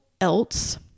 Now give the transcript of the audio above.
else